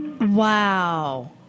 Wow